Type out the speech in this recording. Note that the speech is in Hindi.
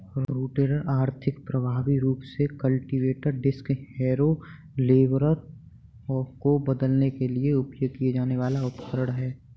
रोटेटर आर्थिक, प्रभावी रूप से कल्टीवेटर, डिस्क हैरो, लेवलर को बदलने के लिए उपयोग किया जाने वाला उपकरण है